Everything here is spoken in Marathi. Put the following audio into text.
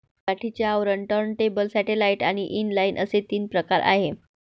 गाठीचे आवरण, टर्नटेबल, सॅटेलाइट आणि इनलाइन असे तीन प्रकार आहे